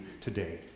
today